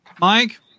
Mike